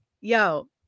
yo